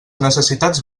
necessitats